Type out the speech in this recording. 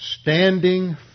standing